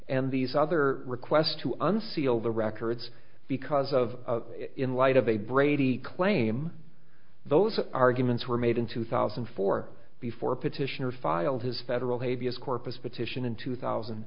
and these other requests to unseal the records because of in light of a brady claim those arguments were made in two thousand and four before petitioner filed his federal habeas corpus petition in two thousand